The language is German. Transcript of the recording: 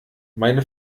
meine